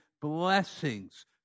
blessings